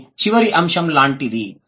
అది చివరి అంశం లాంటిది